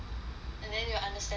and then they will understand more